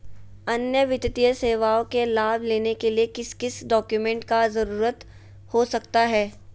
अन्य वित्तीय सेवाओं के लाभ लेने के लिए किस किस डॉक्यूमेंट का जरूरत हो सकता है?